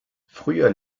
früher